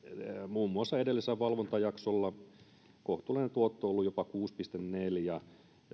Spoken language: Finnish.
muun muassa edellisellä valvontajaksolla jolla kohtuullinen tuotto on ollut jopa kuusi pilkku neljä ja